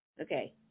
Okay